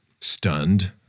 stunned